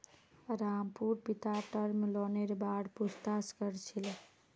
रामूर पिता टर्म लोनेर बार पूछताछ कर छिले